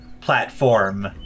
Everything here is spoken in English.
platform